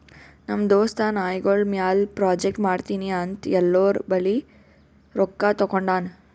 ನಮ್ ದೋಸ್ತ ನಾಯ್ಗೊಳ್ ಮ್ಯಾಲ ಪ್ರಾಜೆಕ್ಟ್ ಮಾಡ್ತೀನಿ ಅಂತ್ ಎಲ್ಲೋರ್ ಬಲ್ಲಿ ರೊಕ್ಕಾ ತಗೊಂಡಾನ್